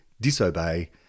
disobey